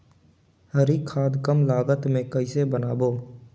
हरी खाद कम लागत मे कइसे बनाबो?